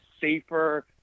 safer